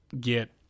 get